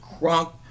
crunk